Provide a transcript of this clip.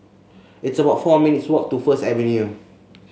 it's about four minutes' walk to First Avenue